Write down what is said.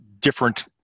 different